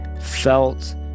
felt